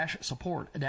support